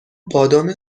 بادام